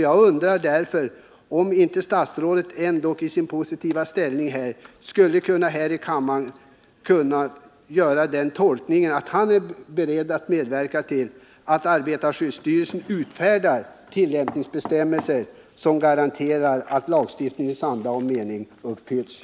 Jag undrar därför om inte statsrådet, med sin positiva inställning, ändå skulle kunna förklara här i kammaren att han är beredd att medverka till att arbetarskyddsstyrelsen utfärdar tillämpningsbestämmelser som garanterar att lagstiftningens anda och mening skall följas.